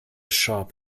shop